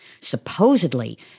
Supposedly